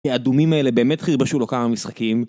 האדומים האלה באמת חירבשו לו כמה משחקים